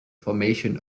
formation